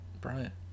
Bryant